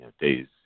days